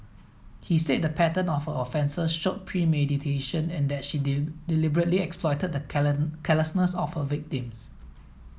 he said the pattern of her offences showed premeditation in that she deliberately exploited the carelessness of her victims